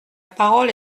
parole